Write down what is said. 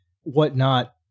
whatnot